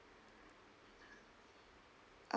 oh